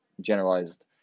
generalized